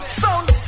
sound